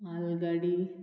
माल गाडी